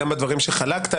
גם בדברים שחלקת.